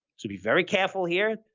so be very careful here.